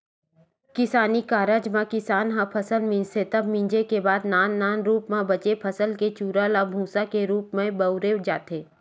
किसानी कारज म किसान ह फसल मिंजथे तब मिंजे के बाद नान नान रूप म बचे फसल के चूरा ल भूंसा के रूप म बउरे जाथे